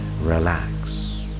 relax